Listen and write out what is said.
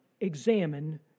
examine